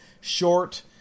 short